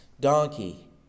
donkey